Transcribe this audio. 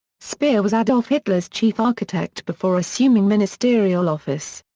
speer was adolf hitler's chief architect before assuming ministerial office.